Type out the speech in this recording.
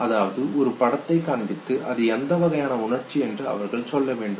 அதாவது ஒரு படத்தை காண்பித்து அது எந்தவகையான உணர்ச்சி என்று அவர்கள் சொல்ல வேண்டும்